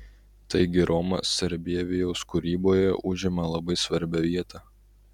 taigi roma sarbievijaus kūryboje užima labai svarbią vietą